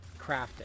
crafting